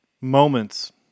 moments